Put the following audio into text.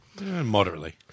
Moderately